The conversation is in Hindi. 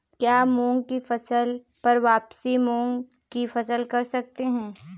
क्या मूंग की फसल पर वापिस मूंग की फसल कर सकते हैं?